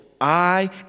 I